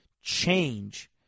change